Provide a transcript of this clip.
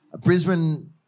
Brisbane